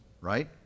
right